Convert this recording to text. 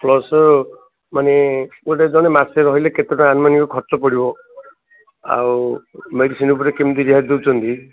ପ୍ଲସମାନେ ଗୋଟେ ଜଣେ ମାସେ ରହିଲେ କେତେ ଟଙ୍କା ଆନୁମାନିକ ଖର୍ଚ୍ଚ ପଡ଼ିବ ଆଉ ମେଡ଼ିସିନ୍ ଉପରେ କେମିତି ରିହାତି ଦେଉଛନ୍ତି